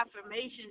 affirmations